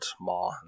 more